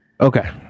Okay